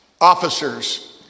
officers